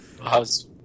How's